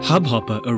Hubhopper